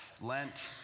Lent